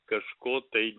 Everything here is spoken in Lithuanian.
kažko tai